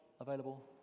available